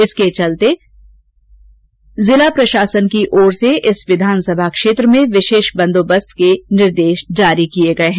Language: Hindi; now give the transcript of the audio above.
इसके चलते जिला प्रशासन की ओर से इस विघानसभा क्षेत्र में विशेष बंदोबस्त के भी निर्देश जारी किए गए हैं